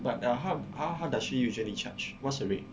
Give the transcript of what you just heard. but uh how how how does she usually charge what's her rate